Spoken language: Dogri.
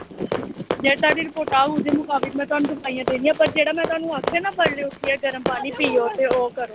जे थुआढ़ी रपोटां आह्ग ओह्दे मताबक दोआइयां देनियां ते जेह्ड़ा में थाह्नूं आक्खेआ ना गरम पानी पियो ते ओह् करो